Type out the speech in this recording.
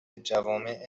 جوامع